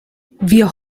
wir